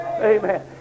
Amen